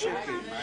האלה.